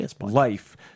life